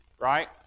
right